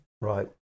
Right